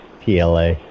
PLA